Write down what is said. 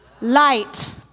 light